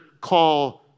call